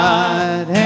God